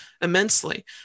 immensely